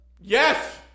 Yes